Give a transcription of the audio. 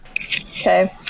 Okay